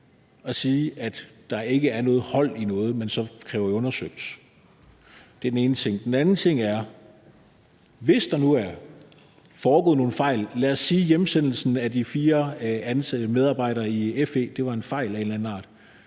at sige, at der ikke er noget hold i noget, man så kræver undersøgt? Det er den ene ting. Den anden ting er: Hvis der nu er begået nogen fejl – lad os sige, at hjemsendelsen af de fire ansatte medarbejdere i FE var en fejl af en eller anden art